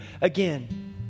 again